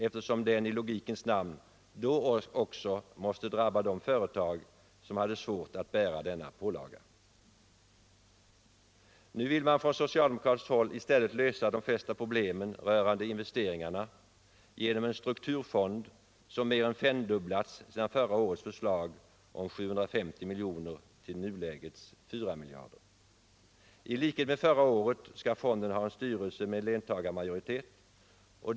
eftersom den i logikens namn då också måste drabba de företag som hade svårt att bära denna pålaga. Nu vill man från socialdemokratiskt håll i stället lösa de flesta problemen rörande investeringarna genom en strukturfond som mer än femdubblats sedan förra årets förslag om 750 miljoner till nulägets 4 miljarder. I ikhet med förra året skall fonden ha en styrelse med löntagarmajoritet.